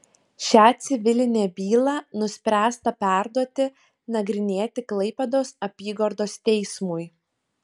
šią civilinę bylą nuspręsta perduoti nagrinėti klaipėdos apygardos teismui